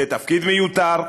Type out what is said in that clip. זה תפקיד מיותר,